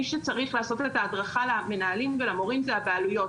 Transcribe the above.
מי שצריך לעשות את ההדרכה למנהלים ולמורים זה הבעלויות.